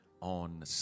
on